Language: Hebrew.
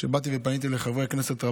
כשבאתי ופניתי לחברי הכנסת,